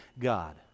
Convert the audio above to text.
God